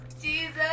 Jesus